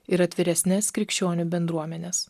ir atviresnes krikščionių bendruomenes